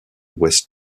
west